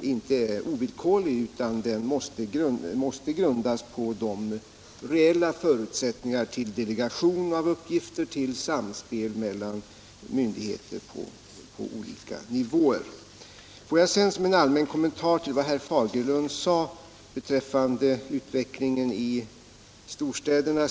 inte ovillkorlig, utan den måste grundas på de reella förutsättningarna till delegation av uppgifter och samspel mellan myndigheter på olika nivåer. Låt mig sedan göra en allmän kommentar till vad herr Fagerlund sade beträffande utvecklingen i storstäderna.